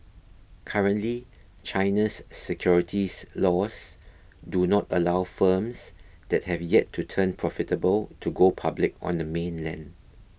currently China's securities laws do not allow firms that have yet to turn profitable to go public on the mainland